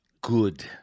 Good